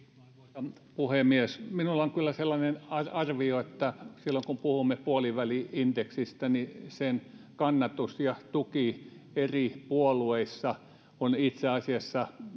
arvoisa puhemies minulla on kyllä sellainen arvio että silloin kun puhumme puoliväli indeksistä sen kannatus ja tuki eri puolueissa on itse asiassa